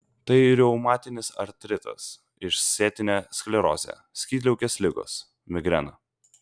tai reumatinis artritas išsėtinė sklerozė skydliaukės ligos migrena